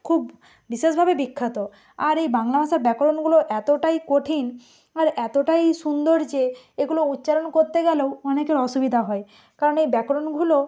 খুব বিশেষভাবে বিখ্যাত আর এই বাংলা ভাষার ব্যাকরণগুলো এতটাই কঠিন আর এতটাই সুন্দর যে এগুলো উচ্চারণ করতে গেলেও অনেকের অসুবিধা হয় কারণ এই ব্যাকরণগুলো